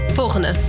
volgende